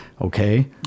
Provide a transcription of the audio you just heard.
Okay